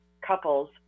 couples